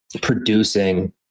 producing